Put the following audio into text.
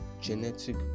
genetic